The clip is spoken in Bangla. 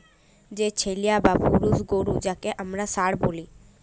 যে ছেলা বা পুরুষ গরু যাঁকে হামরা ষাঁড় ব্যলি